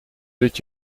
dit